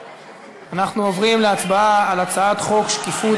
אנחנו עוברים להצבעה על הצעת חוק שקיפות